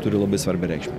turi labai svarbią reikšmę